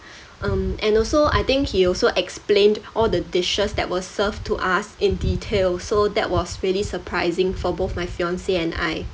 um and also I think he also explained all the dishes that were served to us in detail so that was really surprising for both my fiance and I